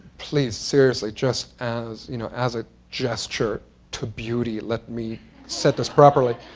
please, seriously. just as you know as a gesture to beauty, let me set this properly.